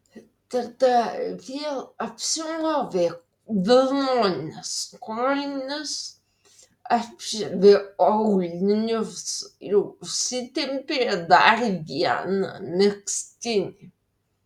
tada vėl apsimovė vilnones kojines apsiavė aulinius ir užsitempė dar vieną megztinį